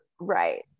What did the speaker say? Right